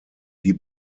die